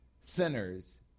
Sinners